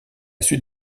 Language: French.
suite